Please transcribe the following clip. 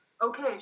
Okay